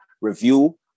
review